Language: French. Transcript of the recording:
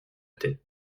tête